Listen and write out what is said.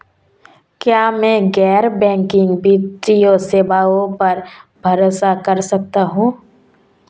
क्या मैं गैर बैंकिंग वित्तीय सेवाओं पर भरोसा कर सकता हूं?